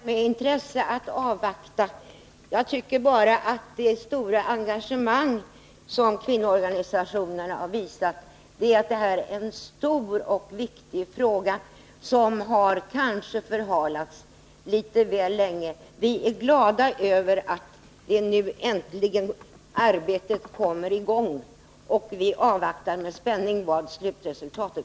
Herr talman! Jag kommer att avvakta resultatet med intresse. Kvinnoorganisationernas stora engagemang visar emellertid att det här är en stor och viktig fråga, vars lösning kanske har förhalats litet väl länge. Vi är glada över 59 att arbetet nu äntligen kommer i gång. Vi avvaktar med spänning slutresultatet.